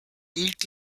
eat